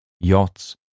yachts